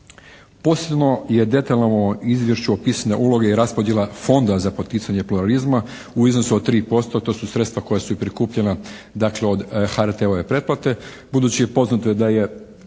Posebno je detaljno u ovom izvješću opisane uloge i raspodjela Fonda za poticanje pluralizma u iznosu od 3%. To su sredstva koja su i prikupljena, dakle, od HRT-ove pretplate. Budući je poznato da je